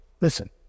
Listen